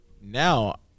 now